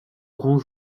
grand